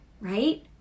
Right